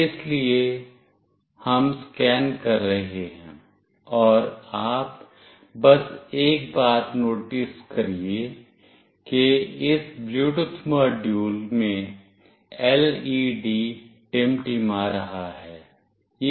इसलिए हम स्कैन कर रहे हैं और आप बस एक बात नोटिस करिए कि इस ब्लूटूथ मॉड्यूल में LED टिमटिमा रहा है